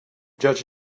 judge